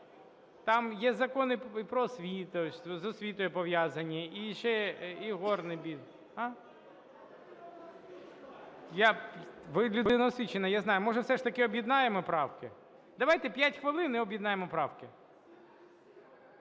Там є закони і про освіту, з освітою пов'язані, і ще ігорний бізнес. А? (Шум у залі) Ви людина освічена, я знаю. Може, все ж таки об'єднаємо правки? Давайте 5 хвилин – і об'єднаємо правки.